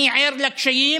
אני ער לקשיים